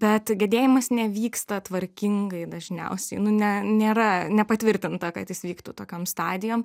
bet gedėjimas nevyksta tvarkingai dažniausiai nu ne nėra nepatvirtinta kad jis vyktų tokiom stadijom